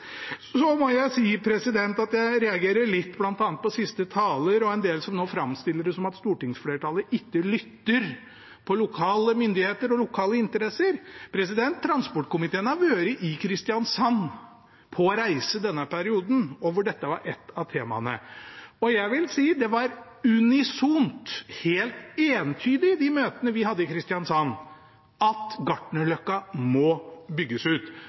må si at jeg reagerer litt på bl.a. siste taler og en del som nå framstiller det som at stortingsflertallet ikke lytter til lokale myndigheter og lokale interesser. Transportkomiteen har vært i Kristiansand på en reise i denne perioden der dette var ett av temaene, og jeg vil si det var unisont, helt entydig i de møtene vi hadde i Kristiansand, at Gartnerløkka må bygges ut.